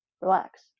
relax